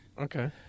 Okay